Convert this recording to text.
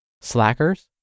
Slackers